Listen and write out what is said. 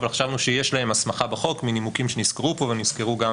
אבל חשבנו שיש להם הסמכה בחוק מנימוקים שנסקרו פה ונסקרו גם